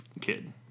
kid